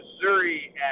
Missouri